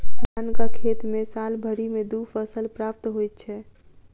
धानक खेत मे साल भरि मे दू फसल प्राप्त होइत छै